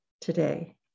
today